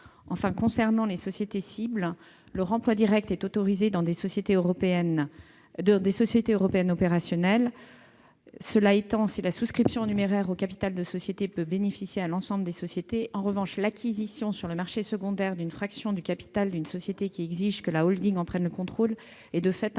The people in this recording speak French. Enfin, concernant les sociétés cibles, le remploi direct est autorisé dans des sociétés européennes opérationnelles. Cela étant, si la souscription en numéraire au capital de sociétés peut bénéficier à l'ensemble des sociétés, en revanche l'acquisition sur le marché secondaire d'une fraction du capital d'une société qui exige que la holding en prenne le contrôle est de fait un